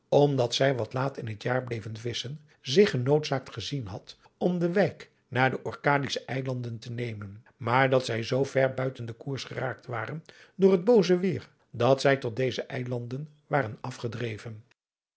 omdat zij wat laat in t jaar bleven visschen zich genoodzaakt gezien hadden om de wijk naar de orkadische eilanden te nemen maar dat zij zoo ver buiten den koers geraakt waren door het booze weêr dat zij tot deze eilanden waren afgedreven